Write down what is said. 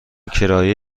کرایه